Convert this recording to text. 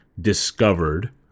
discovered